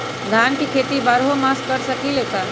धान के खेती बारहों मास कर सकीले का?